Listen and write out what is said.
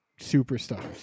superstars